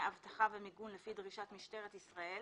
אבטחה ומיגון לפי דרישת משטרת ישראל